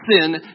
sin